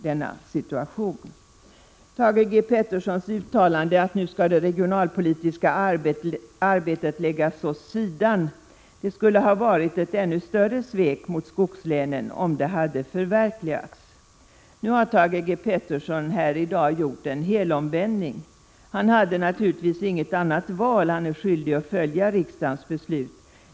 Om Thage G. Petersons uttalande, att nu skall det regionalpolitiska arbetet läggas åt sidan, vill jag säga att det skulle ha varit ett ännu större svek mot skogslänen om hans eget förslag hade förverkligats. Här i dag har Thage G. Peterson gjort en helomvändning. Han hade naturligtvis inget annat val — han är skyldig att följa riksdagens beslut.